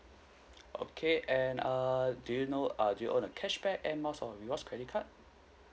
okay and err do you know uh do you own a cashback Air Miles or rewards credit card